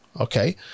okay